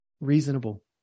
reasonable